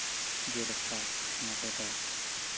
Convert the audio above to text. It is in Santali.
ᱡᱮᱞᱮᱠᱟ ᱱᱚᱰᱮ ᱫᱚ